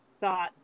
thought